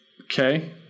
Okay